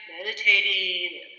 Meditating